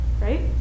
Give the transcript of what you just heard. right